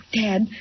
Dad